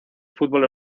fútbol